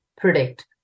predict